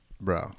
bro